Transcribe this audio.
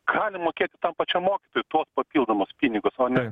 gali mokėti tam pačiam mokytojui tuos papildomus pinigus o ne